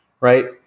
right